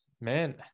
man